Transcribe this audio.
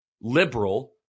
liberal